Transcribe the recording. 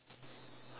okay